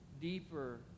deeper